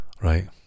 Right